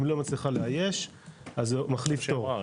אם לא מצליחה לאייש אז מחליף תור.